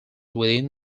within